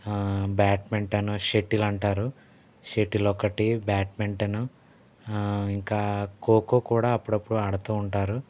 badminton shuttle అంటారు shuttle ఒకటి badminton ఆ ఇంకా ఖో ఖో కూడా అప్పుడప్పుడు ఆడుతూ ఉంటారు